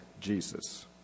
Jesus